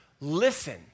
listen